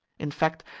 in fact,